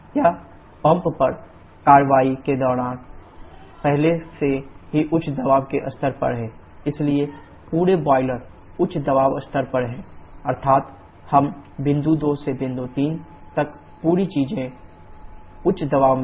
यह पंप पर कार्रवाई के कारण पहले से ही उच्च दबाव के स्तर पर है इसलिए पूरे बॉयलर उच्च दबाव स्तर पर है अर्थात इस बिंदु 2 से बिंदु 3 तक पूरी चीजें उच्च दबाव में हैं